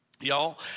y'all